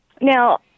Now